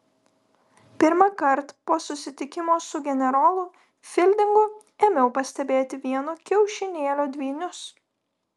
pirmąkart po susitikimo su generolu fildingu ėmiau pastebėti vieno kiaušinėlio dvynius